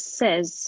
says